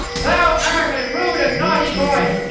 though art a rude and naughty boy!